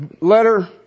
letter